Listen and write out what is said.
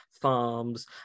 farms